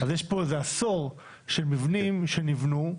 אז יש פה איזה עשור של מבנים שנבנו,